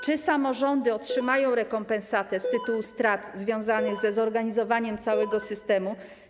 Czy samorządy otrzymają rekompensatę z tytułu strat związanych ze zorganizowaniem całego systemu?